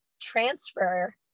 transfer